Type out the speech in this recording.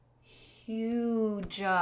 huge